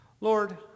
Lord